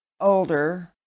older